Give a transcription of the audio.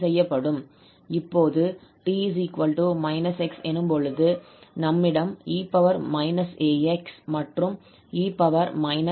இப்போது 𝑡 −𝑥 எனும்பொழுது நம்மிடம் 𝑒−𝑎𝑥 மற்றும் 𝑒−𝑖𝛼𝑥𝑑𝑥 உள்ளது